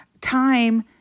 time